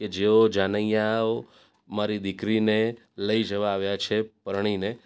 કે જેઓ જાનૈયાઓ મારી દીકરીને લઈ જવા આવ્યા છે પરણીને